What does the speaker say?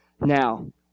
Now